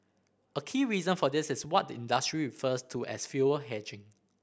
a key reason for this is what the industry refers to as fuel hedging